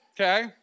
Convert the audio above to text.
okay